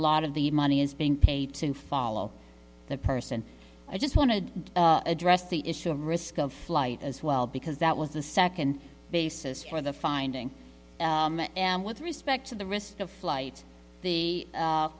lot of the money is being paid to follow the person i just want to address the issue of risk of flight as well because that was the second basis for the finding and with respect to the risk of flight the